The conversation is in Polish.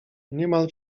niemal